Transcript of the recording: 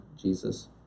Jesus